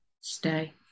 Stay